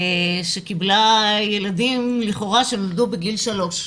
שקיבלה ילדים שלכאורה נולדו בגיל שלוש,